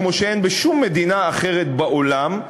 כמו שאין בשום מדינה אחרת בעולם,